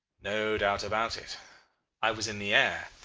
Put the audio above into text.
no doubt about it i was in the air,